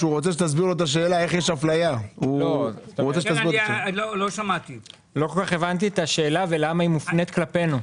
היושב-ראש, ולמה היא מופנית כלפינו.